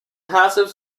passive